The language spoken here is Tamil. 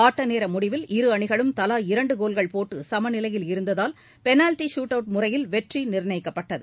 ஆட்டநேர முடிவில் இரு அணிகளும் தலா இரண்டு கோல்கள் போட்டு சமநிலையில் இருந்ததால் பெனால்டி ஷூட்அவுட் முறையில் வெற்றி நிர்ணயிக்கப்பட்டது